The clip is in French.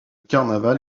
carnaval